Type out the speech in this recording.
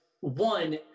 one